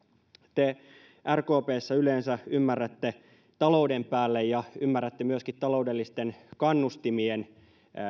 te rkpssä yleensä ymmärrätte talouden päälle ja ymmärrätte myöskin taloudellisten kannustimien